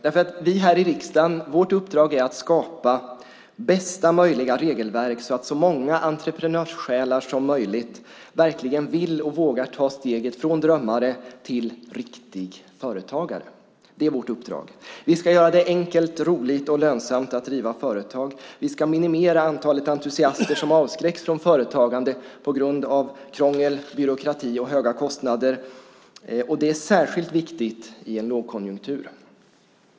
Vårt uppdrag i riksdagen är att skapa bästa möjliga regelverk så att så många entreprenörssjälar som möjligt verkligen vill och vågar ta steget från drömmare till riktig företagare. Det är vårt uppdrag. Vi ska göra det enkelt, roligt och lönsamt att driva företag. Vi ska minimera antalet entusiaster som avskräcks från företagande på grund av krångel, byråkrati och höga kostnader. Det är särskilt viktigt i en lågkonjunktur.